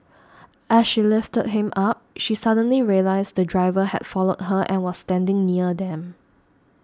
as she lifted him up she suddenly realised the driver had followed her and was standing near them